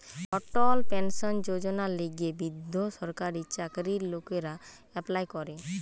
অটল pension যোজনার লিগে বৃদ্ধ সরকারি চাকরির লোকরা এপ্লাই করে